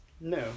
No